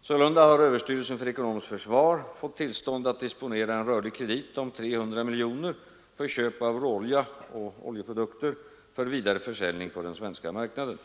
Sålunda har Överstyrelsen för ekonomiskt försvar fått tillstånd att disponera en rörlig kredit om 300 miljoner kronor för köp av råolja och oljeprodukter för vidare försäljning på den svenska marknaden.